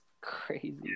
crazy